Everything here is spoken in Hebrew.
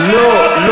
מה זה?